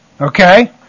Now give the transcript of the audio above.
Okay